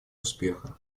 успеха